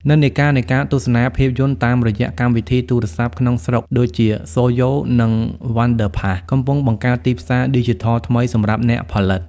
និន្នាការនៃការទស្សនាភាពយន្តតាមរយៈកម្មវិធីទូរស័ព្ទក្នុងស្រុកដូចជា Soyo និង Wonderpass កំពុងបង្កើតទីផ្សារឌីជីថលថ្មីសម្រាប់អ្នកផលិត។